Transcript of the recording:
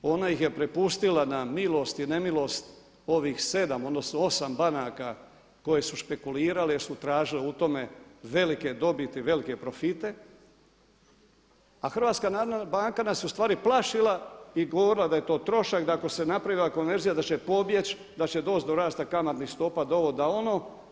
Ona ih je prepustila na milost i nemilost ovih 7 odnosno 8 banaka koje su špekulirale jer su tražile u tome velike dobiti, velike profite a Hrvatska narodna banka nas je u stvari plašila i govorila da je to trošak, da ako se napravila konverzija da će pobjeći, da će doći do rasta kamatnih stopa, da ovo, da ono.